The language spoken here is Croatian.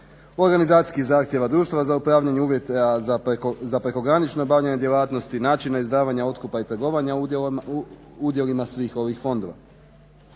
organizacijskih zahtjeva društava za upravljanje uvjeta za prekogranično obavljanje djelatnosti, načina izdavanja otkupa i trgovanja udjelima svih ovih fondova.